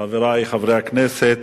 תודה, חברי חברי הכנסת,